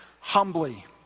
humbly